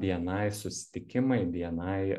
bni susitikimai bni